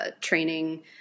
training